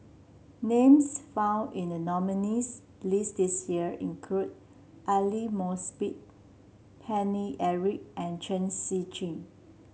names found in the nominees' list this year include Aidli Mosbit Paine Eric and Chen Shiji